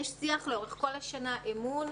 יש שיח לאורך כל השנה, אמון,